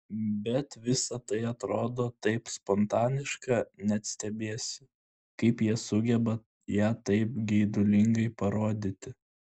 bet visa tai atrodo taip spontaniška net stebiesi kaip jie sugeba ją taip geidulingai parodyti